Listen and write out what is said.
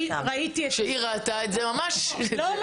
שהיא ראתה את זה ממש -- לא,